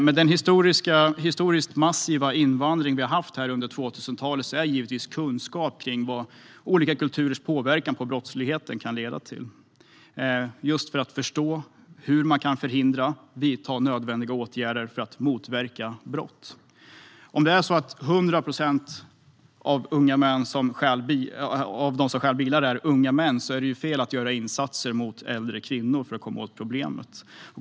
Med den historiskt massiva invandring vi haft under 2000-talet är givetvis kunskap om olika kulturers påverkan på brottsligheten en förutsättning för att förstå, förhindra och vidta nödvändiga åtgärder för att motverka brott. Om 100 procent av dem som stjäl bilar är unga män är det fel att göra insatser mot äldre kvinnor för att komma åt problemet.